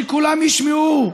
שכולם ישמעו,